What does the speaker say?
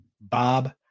Bob